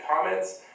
comments